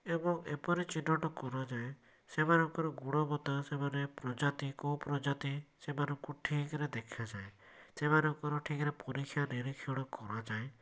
ଏବଂ ଏପରି ଚିହ୍ନଟ କରାଯାଏ ସେମାନଙ୍କର ଗୁଣବତ୍ତା ସେମାନେ ପ୍ରଜାତି କେଉଁ ପ୍ରଜାତି ସେମାନଙ୍କୁ ଠିକରେ ଦେଖାଯାଏ ସେମାନଙ୍କର ଠିକରେ ପରିକ୍ଷା ନିରୀକ୍ଷଣ କରାଯାଏ